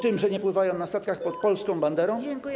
Tym, że nie pływają na statkach pod polską banderą?